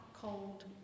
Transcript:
cold